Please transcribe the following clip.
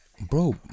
Bro